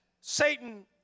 Satan